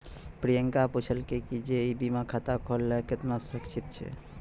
प्रियंका पुछलकै जे ई बीमा खाता खोलना केतना सुरक्षित छै?